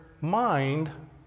mind